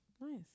Nice